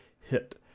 hit